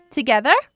Together